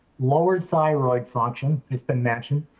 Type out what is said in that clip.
lowered thyroid function, as been mentioned,